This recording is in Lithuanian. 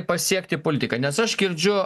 pasiekti politiką nes aš girdžiu